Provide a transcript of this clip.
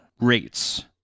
rates